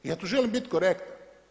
Ja tu želim biti korektan.